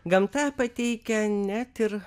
gamta pateikia net ir